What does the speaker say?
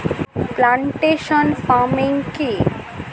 Plantation farming কি?